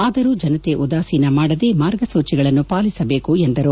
ಆದರೂ ಜನತೆ ಉದಾಸೀನ ಮಾಡದೆ ಮಾರ್ಗಸೂಚಿಗಳನ್ನು ಪಾಲಿಸಬೇಕು ಎಂದರು